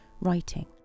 writing